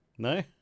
No